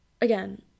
again